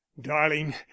darling